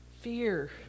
fear